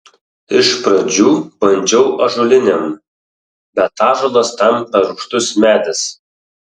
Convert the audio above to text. iš pradžių bandžiau ąžuolinėm bet ąžuolas tam per rūgštus medis